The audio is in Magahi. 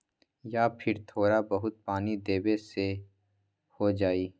या फिर थोड़ा बहुत पानी देबे से हो जाइ?